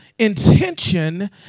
intention